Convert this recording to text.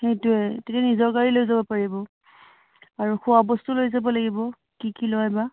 সেইটোৱে তেতিয়া নিজৰ গাড়ী লৈ যাব পাৰিব আৰু খোৱা বস্তু লৈ যাব লাগিব কি কি লয় বা